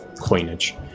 coinage